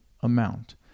amount